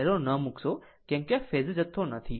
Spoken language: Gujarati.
એરો ન મૂકશો કેમ કે આ ફેઝર જથ્થો નથી